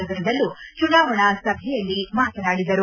ನಗರದಲ್ಲೂ ಚುನಾವಣಾ ಸಭೆಯಲ್ಲಿ ಮಾತನಾಡಿದರು